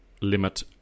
limit